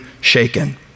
shaken